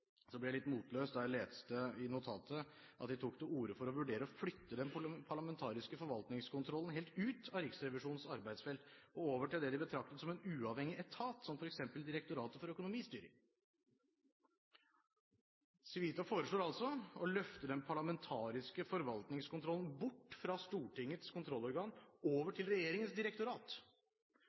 ble jeg litt motløs da jeg leste i notatet at de tok til orde for å vurdere å flytte den parlamentariske forvaltningskontrollen helt ut av Riksrevisjonens arbeidsfelt og over til det de betraktet som en uavhengig etat, som f.eks. Direktoratet for økonomistyring. Civita foreslår altså å løfte den parlamentariske forvaltningskontrollen bort fra Stortingets kontrollorgan over til regjeringens direktorat.